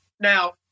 Now